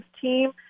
team